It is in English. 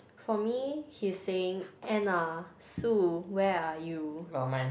for me he's saying Anne ah Sue where are you